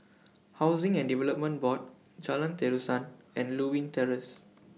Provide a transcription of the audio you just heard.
Housing and Development Board Jalan Terusan and Lewin Terrace